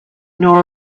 nor